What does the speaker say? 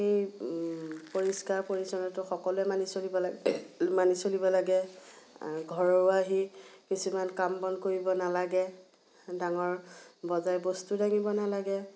সেই পৰিষ্কাৰ পৰিচ্ছন্নতাটো সকলোৱে মানি চলিব লাগে মানি চলিব লাগে ঘৰুৱা সি কিছুমান কাম বন কৰিব নেলাগে ডাঙৰ বজাই বস্তু দাঙিব নালাগে